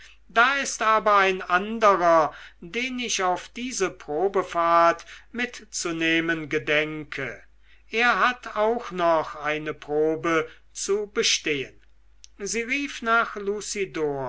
da ist aber ein anderer den ich auf dieser probefahrt mitzunehmen gedenke er hat auch noch eine probe zu bestehen sie rief nach